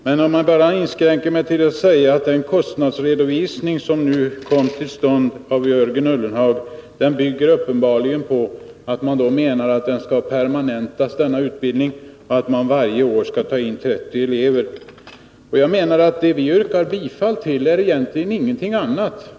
Men jag inskränker mig till att säga att den kostnadsredovisning som Jörgen Ullenhag nu gjorde uppenbarligen bygger på att denna utbildning skall permanentas och att man varje år skall ta in 30 elever. Det vi yrkar bifall till är egentligen ingenting annat.